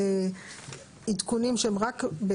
עדכונים שהם רק,